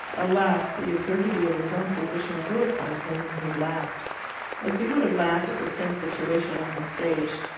alas! the absurdity of his own position grew upon him, and he laughed as he would have laughed at the same situation on the stage.